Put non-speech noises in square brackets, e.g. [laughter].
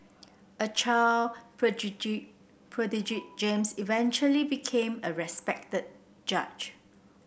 a child [unintelligible] prodigy James eventually became a respected judge